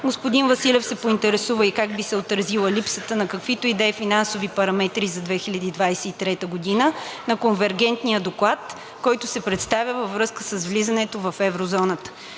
Господин Василев се поинтересува и как би се отразила липсата на каквито и да е финансови параметри за 2023 г. на конвергентния доклад, който се представя във връзка с влизането в еврозоната.